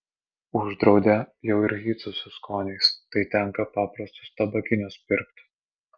uždraudė jau ir hytsus su skoniais tai tenka paprastus tabakinius pirkt